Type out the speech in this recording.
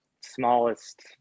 smallest